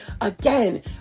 Again